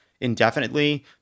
indefinitely